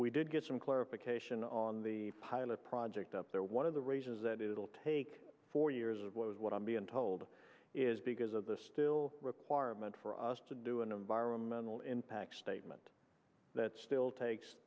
we did get some clarification on the pilot project up there one of the reasons that it'll take four years of oil is what i'm being told is because of the still requirement for us to do an environmental impact statement that still takes